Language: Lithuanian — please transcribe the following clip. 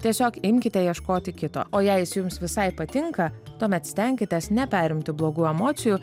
tiesiog imkite ieškoti kito o jei jis jums visai patinka tuomet stenkitės neperimti blogų emocijų